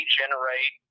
generate